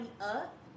up